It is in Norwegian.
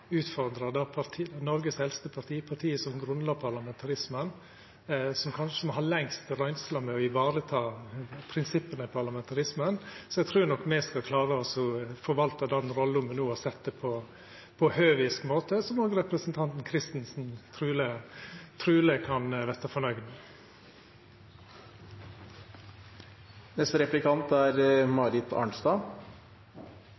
utfordrar Noregs eldste parti, partiet som grunnla parlamentarismen, og som kanskje har lengst røynsle med å vareta prinsippa i parlamentarismen. Så eg trur nok me skal klara å forvalta den rolla me no er sette i, på ein høvisk måte, som òg representanten Christensen truleg kan verta fornøgd